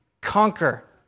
conquer